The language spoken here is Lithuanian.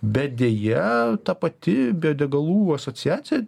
bet deja ta pati biodegalų asociacija